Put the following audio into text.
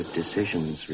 decisions